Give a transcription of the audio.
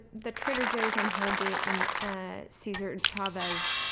the trader joe's on holgate and cesar chavez,